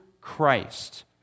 Christ